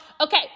Okay